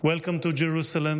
Welcome to the Knesset.